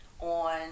on